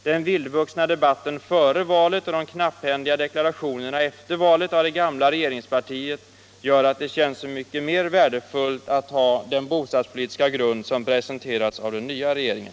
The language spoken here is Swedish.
Den vildvuxna debatten före valet och de knapphändiga deklarationerna efter valet av det gamla regerings partiet gör att det känns så mycket mer värdefullt att ha den bostadspolitiska grund som presenterats av den nya regeringen.